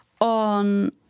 on